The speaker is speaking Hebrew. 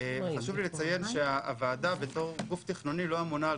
חשוב לי לציין שהוועדה בתור גוף תכנוני לא אמונה על